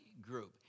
group